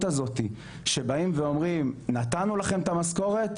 הזאתי שבאים ואומרים נתנו לכם את המשכורת,